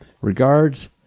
Regards